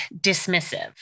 dismissive